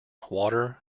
water